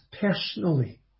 personally